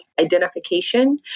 identification